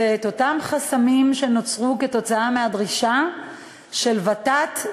אותם חסמים שנוצרו כתוצאה מהדרישה של ות"ת,